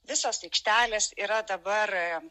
visos aikštelės yra dabar